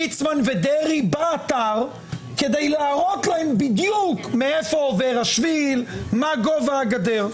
ליצמן ודרעי באתר כדי להראות להם בדיוק מאיפה עובר השביל ומה גובה הגדר.